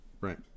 right